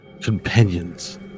companions